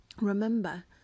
Remember